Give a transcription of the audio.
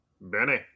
Benny